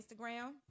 Instagram